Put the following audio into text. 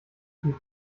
wie